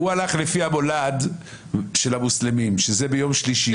הוא הלך לפי המולד של המוסלמים, שזה ביום שלישי.